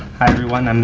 hi everyone! and